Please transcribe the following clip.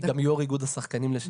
היא גם יו"ר איגוד השחקנים לשעבר.